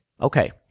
Okay